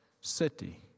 city